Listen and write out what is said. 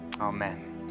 amen